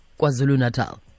KwaZulu-Natal